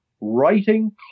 writing